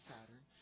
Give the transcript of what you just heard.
Saturn